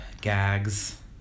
gags